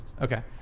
Okay